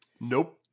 Nope